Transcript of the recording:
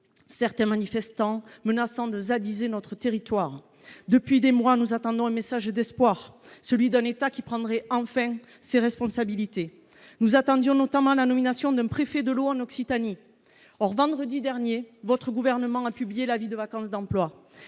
certains manifestants menaçant de « zadiser » notre territoire. Depuis des mois, nous attendons un message d’espoir, celui d’un État qui prendrait enfin ses responsabilités. Nous attendions notamment la nomination d’un « préfet de l’eau » en Occitanie. Or, vendredi dernier, votre gouvernement a publié l’avis de vacance d’emploi.